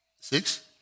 six